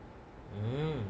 um